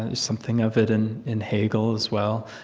ah something of it in in hegel, as well.